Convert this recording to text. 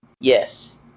Yes